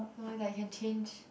no if I can change